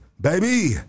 baby